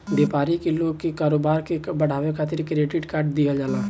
व्यापारी लोग के कारोबार के बढ़ावे खातिर क्रेडिट कार्ड दिहल जाला